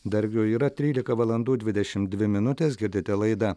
dargiu yra trylika valandų dvidešim dvi minutės girdite laidą